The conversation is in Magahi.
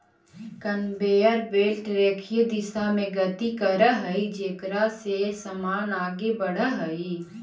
कनवेयर बेल्ट रेखीय दिशा में गति करऽ हई जेकरा से समान आगे बढ़ऽ हई